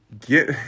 get